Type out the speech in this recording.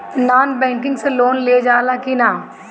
Non banking से loan लेल जा ले कि ना?